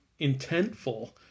intentful